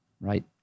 right